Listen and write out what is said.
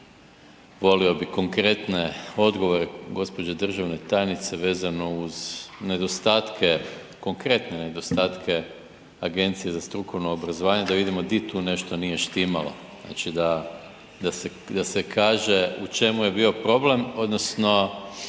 volio bi konkretne odgovore gospođe državne tajnice vezano uz nedostatke, konkretne nedostatke Agencije za strukovno obrazovanje da vidimo di tu nešto nije štimalo. Znači da se kaže u čemu je bio problem odnosno